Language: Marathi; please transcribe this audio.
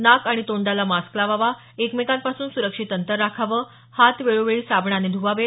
नाक आणि तोंडाला मास्क लावावा एकमेकांपासून सुरक्षित अंतर राखावं हात वेळोवेळी साबणाने ध्वावेत